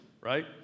right